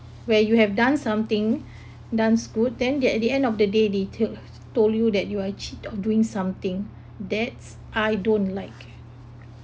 where you have done something dones good then they at the end of the day they te~ told you that you are cheat of doing something that's I don't like